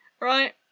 right